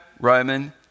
Roman